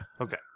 Okay